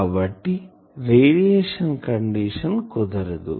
కాబట్టి radiation condition కుదరదు